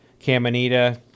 Caminita